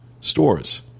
stores